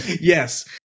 Yes